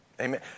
Amen